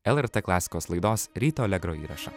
lrt klasikos laidos ryto alegro įrašą